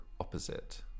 opposite